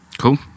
Cool